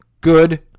good